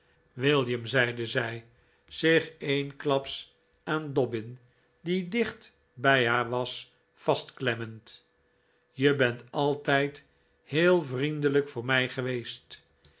william zeide zij zich eensklaps aan dobbin die dicht bij haar was vastklemmend je bent altijd heel vriendelijk voor mij geweest